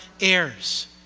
heirs